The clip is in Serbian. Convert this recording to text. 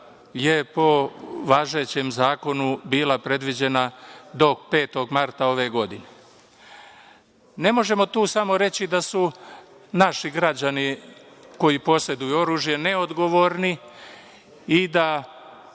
je po važećem zakonu bila predviđena do 5. marta ove godine. Ne možemo tu samo reći da su naši građani koji poseduju oružje neodgovorni i da